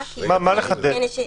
מה לחדד?